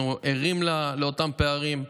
אנחנו ערים לאותם פערים.